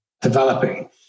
developing